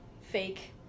fake